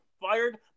fired